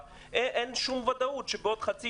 אין שום ודאות שיהיה להם לאן לחזור בעוד חצי